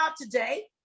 today